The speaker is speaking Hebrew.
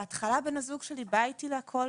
בהתחלה בן הזוג שלי בא איתי להכול